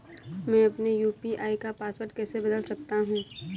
मैं अपने यू.पी.आई का पासवर्ड कैसे बदल सकता हूँ?